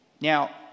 Now